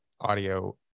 audio